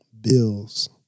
Bills